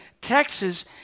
Texas